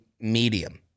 medium